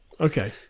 Okay